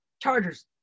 Chargers